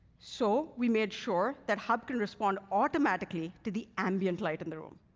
so we made sure that hub can respond automatically to the ambient light in the room.